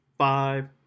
Five